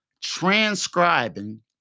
transcribing